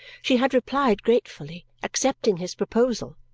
she had replied, gratefully accepting his proposal.